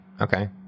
okay